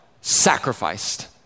sacrificed